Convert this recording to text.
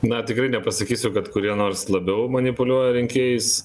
na tikrai nepasakysiu kad kurie nors labiau manipuliuoja rinkėjais